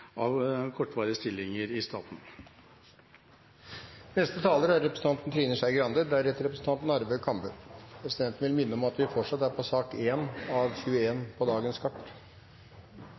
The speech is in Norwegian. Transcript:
av kortvarige stillinger i staten. Presidenten vil minne om at vi fortsatt er på sak nr. 1 av 21 saker på dagens kart.